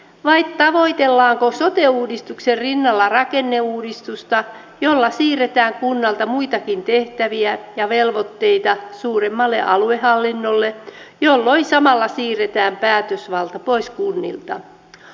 vai tavoitellaanko sote uudistuksen rinnalla rakenneuudistusta jolla siirretään kunnalta muitakin tehtäviä ja velvoitteita suuremmalle aluehallinnolle jolloin samalla siirretään päätösvalta pois kunnilta